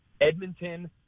Edmonton